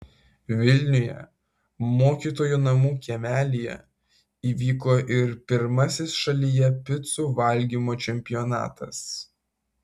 vilniuje mokytojų namų kiemelyje įvyko ir pirmasis šalyje picų valgymo čempionatas